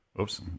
Oops